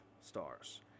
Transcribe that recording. stars